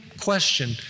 question